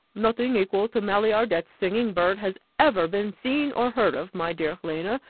nothing equal to maillardet's singing-bird has ever been seen or heard of, my dear helena,